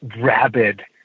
rabid